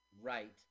Right